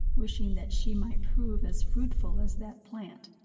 wishing that she might prove as fruitful as that plant.